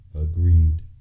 Agreed